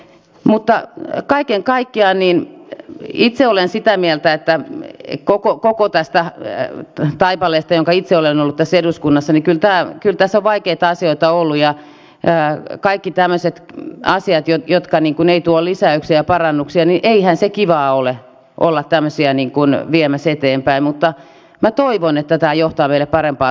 mutta kaiken kaikkiaan olen itse sitä mieltä koko tästä taipaleesta jonka itse olen ollut tässä eduskunnassa että kyllä tässä on vaikeita asioita ollut ja kaikki tämmöiset asiat jotka eivät tuo lisäyksiä ja parannuksia eihän se kivaa ole olla tämmöisiä viemässä eteenpäin mutta minä toivon että tämä johtaa meille parempaan tulevaisuuteen